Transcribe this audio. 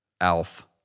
Alf